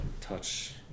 touch